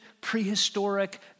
prehistoric